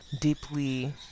deeply